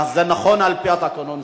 זה נכון על-פי התקנון,